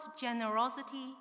generosity